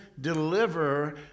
deliver